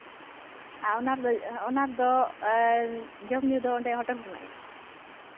ᱟᱨ ᱚᱱᱟ ᱨᱮᱫᱚ ᱚᱱᱟ ᱨᱮᱫᱚ ᱡᱚᱢᱼᱧᱩ ᱫᱚ ᱚᱸᱰᱮ ᱦᱳᱴᱮᱞ ᱨᱮᱱᱟᱜ ᱜᱮ